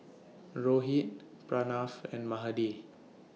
Rohit Pranav and Mahade